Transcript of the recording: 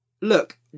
Look